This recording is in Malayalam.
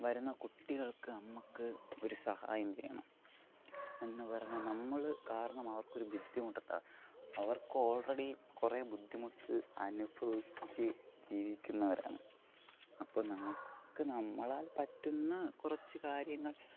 വരുന്ന കുട്ടികൾക്ക് നമ്മൾക്ക് ഒരു സഹായം വേണം എന്നു പറഞ്ഞാൽ നമ്മള് കാരണം അവർക്ക് ഒരു ബുദ്ധിമുട്ടുണ്ട് അവർക്ക് ഓൾറെഡി കുറെ ബുദ്ധിമുട്ട് അനുഭവിച്ചു ജീവിക്കുന്നവരാണ് അപ്പോൾ നമുക്ക് നമ്മളാൽ പറ്റുന്ന കുറച്ച് കാര്യങ്ങൾ പറയണം